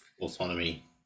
autonomy